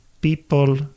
people